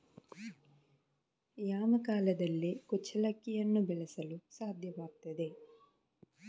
ಯಾವ ಕಾಲದಲ್ಲಿ ಕುಚ್ಚಲಕ್ಕಿಯನ್ನು ಬೆಳೆಸಲು ಸಾಧ್ಯವಾಗ್ತದೆ?